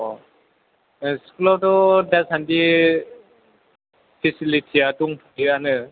स्कुलआवथ' दासान्दि फेसिलिटिया दंथ'योआनो